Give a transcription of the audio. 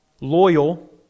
loyal